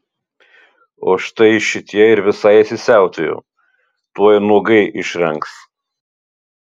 o štai šitie ir visai įsisiautėjo tuoj nuogai išrengs